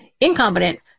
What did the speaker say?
Incompetent